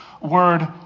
word